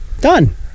done